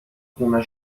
خونه